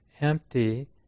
empty